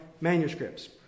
manuscripts